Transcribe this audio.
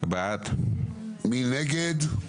מי נגד?